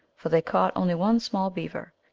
for they caught only one small beaver,